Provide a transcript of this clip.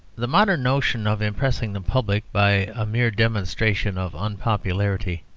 the modern notion of impressing the public by a mere demonstration of unpopularity,